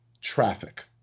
Traffic